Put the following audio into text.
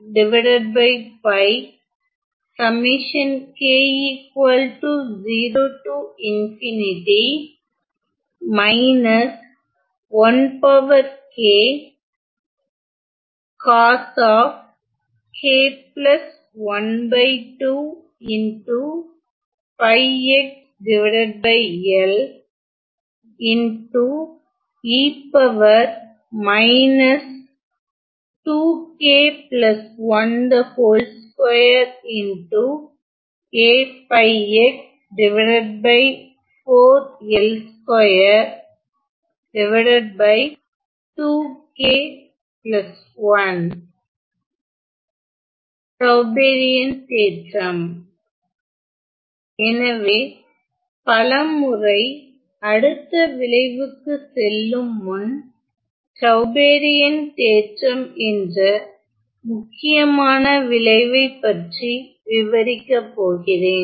Tauberian தேற்றம் எனவே பலமுறை அடுத்த விளைவுக்கு செல்லும் முன் டவ்பெரியன் தேற்றம் என்ற முக்கியமான விளைவைப்பற்றி விவரிக்கப் போகிறேன்